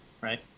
right